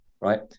right